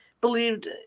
believed